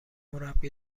مربی